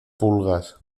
pulgas